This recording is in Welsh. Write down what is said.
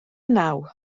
naw